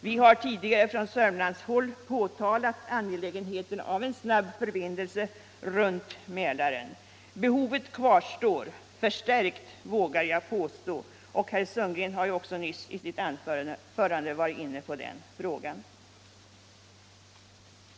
Vi har tidigare från sörmlandshåll hävdat angelägenheten av en snabb förbindelse runt Mälaren. Behovet kvarstår — förstärkt, vågar jag påstå — och herr Sundgren har ju också nyss i sitt anförande varit inne på den frågan.